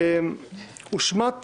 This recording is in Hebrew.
הושמט